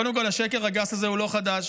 קודם כול, השקר הגס הזה הוא לא חדש.